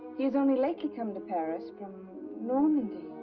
he is only lately come to paris from normandy.